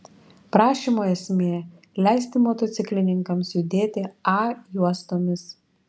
prašymo esmė leisti motociklininkams judėti a juostomis